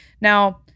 Now